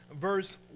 verse